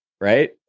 right